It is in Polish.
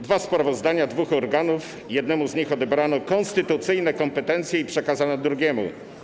Dwa sprawozdania dwóch organów - jednemu z nich odebrano konstytucyjne kompetencje i przekazano drugiemu.